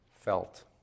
felt